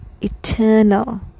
eternal